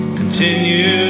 continue